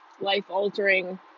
life-altering